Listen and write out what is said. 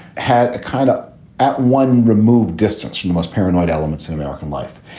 had a kind of at one remove distance in the most paranoid elements in american life.